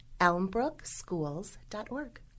elmbrookschools.org